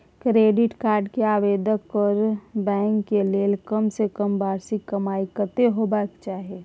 Credit card के आवेदन करबैक के लेल कम से कम वार्षिक कमाई कत्ते होबाक चाही?